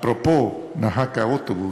אפרופו נהג האוטובוס,